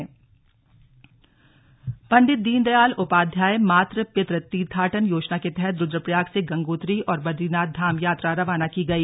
बस रवाना रुद्रप्रयाग पंडित दीनदयाल उपाध्याय मातृ पितृ तीर्थाटन योजना के तहत रुद्रप्रयाग से गंगोत्री और बदरीनाथ धाम यात्रा रवाना की गई